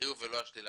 החיוב ולא השלילה.